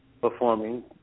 performing